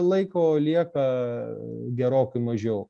laiko lieka gerokai mažiau